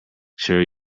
sure